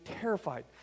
terrified